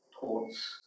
thoughts